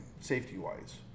safety-wise